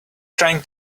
trying